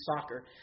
soccer